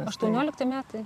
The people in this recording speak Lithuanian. aštuoniolikti metai